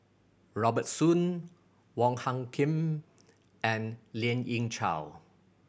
Robert Soon Wong Hung Khim and Lien Ying Chow